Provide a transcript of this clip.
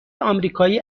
آمریکایی